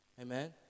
Amen